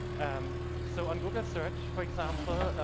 um so on google search, for example,